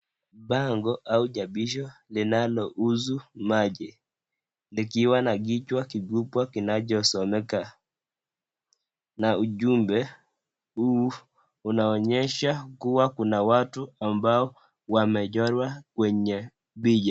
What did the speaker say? Bango au jabisho linalouza maji, likiwa na kichwa kikubwa kinachosomeka, na ujumbe huu unaonyesha kuwa kuna watu ambao wamechorwa kwenye picha.